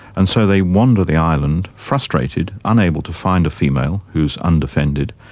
and so they wander the island, frustrated, unable to find a female who is undefended.